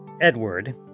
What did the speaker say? Edward